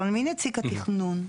אבל מי נציג מינהל התכנון?